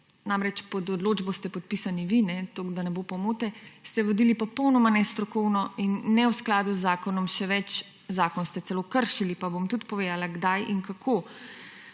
Pod odločbo ste podpisani vi, toliko, da ne bo pomote. Postopek ste vodili popolnoma nestrokovno in ne v skladu z zakonom. Še več, zakon ste celo kršili, pa bom tudi povedala, kdaj in kako.